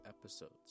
episodes